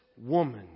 woman